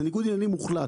זה ניגוד עניינים מוחלט.